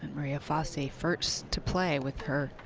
maria fassi first to play with her